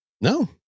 No